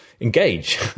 engage